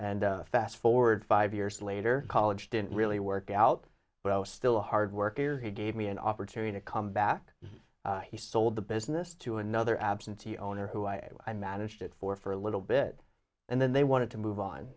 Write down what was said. and fast forward five years later college didn't really work out but i was still a hard worker he gave me an opportunity to come back he sold the business to another absentee owner who i i managed it for for a little bit and then they wanted to move on